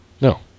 No